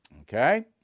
Okay